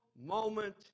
moment